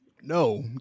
No